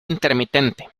intermitente